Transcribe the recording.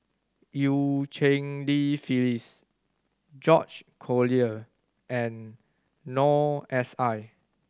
Eu Cheng Li Phyllis George Collyer and Noor S I